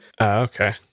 okay